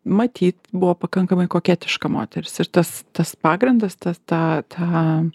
matyt buvo pakankamai koketiška moteris ir tas tas pagrindas tas ta ta